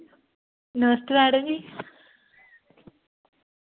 नमस्ते madam जी